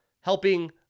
helping